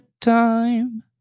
time